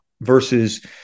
versus